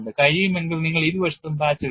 കഴിയുമെങ്കിൽ നിങ്ങൾ ഇരുവശത്തും പാച്ച് ഇടുക